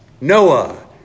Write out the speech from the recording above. Noah